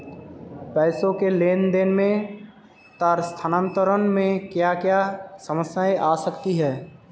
पैसों के लेन देन में तार स्थानांतरण में क्या क्या समस्याएं आ सकती हैं?